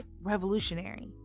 revolutionary